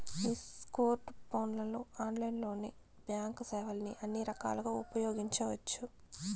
నీ స్కోర్ట్ ఫోన్లలో ఆన్లైన్లోనే బాంక్ సేవల్ని అన్ని రకాలుగా ఉపయోగించవచ్చు